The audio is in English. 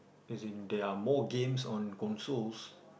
as in there are more games on consoles